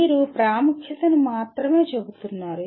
మీరు ప్రాముఖ్యతను మాత్రమే చెబుతున్నారు